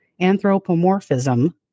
anthropomorphism